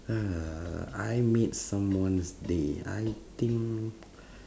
uh I made someone's day I think